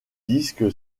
disque